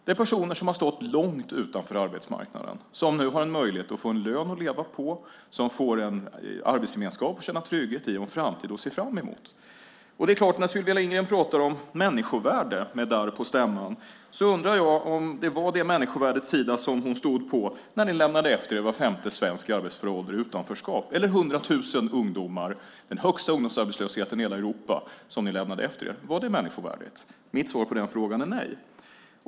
Det är personer som har stått långt utanför arbetsmarknaden och som nu har en möjlighet att få en lön att leva på. De får en arbetsgemenskap att känna trygghet i och en framtid att se fram emot. När Sylvia Lindgren med darr på stämman pratar om människovärde undrar jag om det var det människovärdets sida som hon stod på när ni lämnade efter er var femte svensk i arbetsför ålder i utanförskap. Det var 100 000 ungdomar - den högsta ungdomsarbetslösheten i hela Europa - som ni lämnade efter er. Var det människovärdigt? Mitt svar på den frågan är nej.